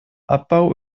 abbau